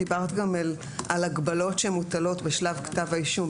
דיברת גם על הגבלות שמוטלות בשלב כתב האישום,